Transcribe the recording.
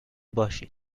باشین